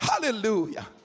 Hallelujah